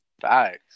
Facts